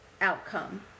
outcome